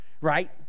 Right